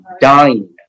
dying